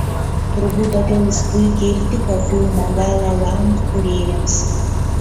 turbūt todėl jis puikiai ir tiko filmo la la land kūrėjams